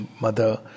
Mother